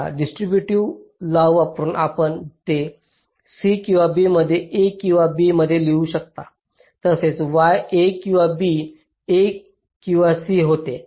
आता distributive law वापरुन आपण ते c किंवा b मध्ये a किंवा b मध्ये लिहू शकता तसेच y a किंवा b a किंवा c होते